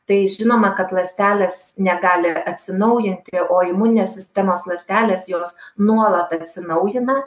tai žinoma kad ląstelės negali atsinaujinti o imuninės sistemos ląstelės jos nuolat atsinaujina